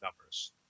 numbers